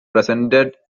presented